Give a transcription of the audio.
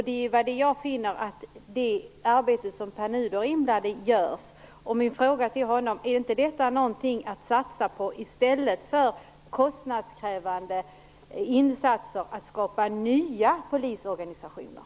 Det är vad jag finner när det gäller det arbete som Pär Nuder är inblandad i. Jag vill fråga honom: Är inte detta något att satsa på i stället för att göra kostnadskrävande insatser för att skapa nya polisorganisationer?